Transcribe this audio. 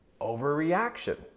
overreaction